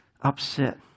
upset